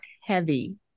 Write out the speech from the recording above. heavy